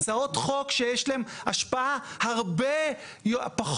הצעות חוק שיש להן השפעה הרבה פחות